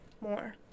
more